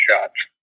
shots